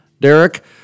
Derek